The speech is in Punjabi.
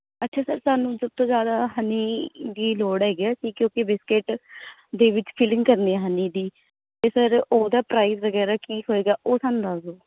ਅੱਛਾ ਸਰ ਸਾਨੂੰ ਤੋਂ ਜ਼ਿਆਦਾ ਹਨੀ ਦੀ ਲੋੜ ਹੈਗੀ ਅਸੀਂ ਕਿਉਂਕਿ ਬਿਸਕਿਟ ਦੇ ਵਿੱਚ ਫਿੱਲਿੰਗ ਕਰਨੀ ਆ ਹਨੀ ਦੀ ਅਤੇ ਫਿਰ ਉਹਦਾ ਪ੍ਰਾਈਜ ਵਗੈਰਾ ਕੀ ਹੋਵੇਗਾ ਉਹ ਸਾਨੂੰ ਦੱਸ ਦਿਓ